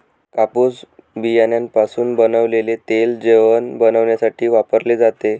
कापूस बियाण्यापासून बनवलेले तेल जेवण बनविण्यासाठी वापरले जाते